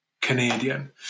Canadian